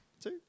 Two